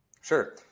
Sure